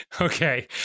okay